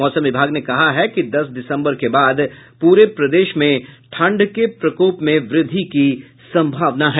मौसम विभाग ने कहा है कि दस दिसम्बर के बाद पूरे प्रदेश में ठंड के प्रकोप में वृद्धि होने की संभावना है